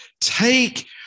Take